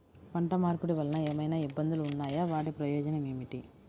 పంట మార్పిడి వలన ఏమయినా ఇబ్బందులు ఉన్నాయా వాటి ప్రయోజనం ఏంటి?